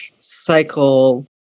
cycle